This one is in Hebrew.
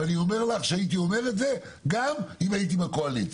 ואני אומר לך שהייתי אומר את זה גם אם הייתי בקואליציה.